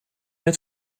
het